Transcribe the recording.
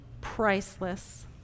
priceless